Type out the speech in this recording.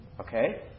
Okay